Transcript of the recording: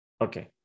Okay